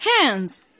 hands